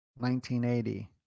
1980